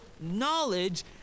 knowledge